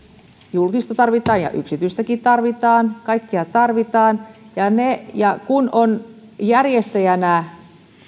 julkista tarvitaan ja yksityistäkin tarvitaan kaikkea tarvitaan ja kun on järjestäjänä